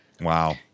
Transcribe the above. Wow